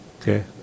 Okay